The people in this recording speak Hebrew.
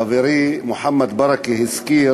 חברי מוחמד ברכה הזכיר